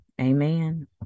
Amen